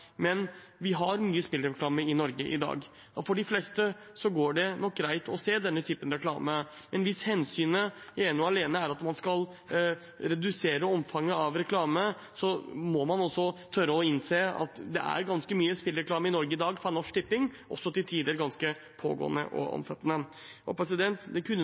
Men vi har mye spillreklame i Norge i dag, og for de fleste går det nok greit å se denne typen reklame. Hvis hensynet ene og alene er at man skal redusere omfanget av reklame, må man også tørre å innse at det er ganske mye spillreklame i Norge i dag fra Norsk Tipping, til tider også ganske pågående og omfattende reklame. Det kunne